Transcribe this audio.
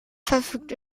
verfügt